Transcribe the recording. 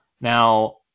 Now